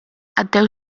għaddew